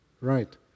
Right